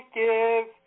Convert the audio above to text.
give